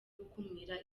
gukumira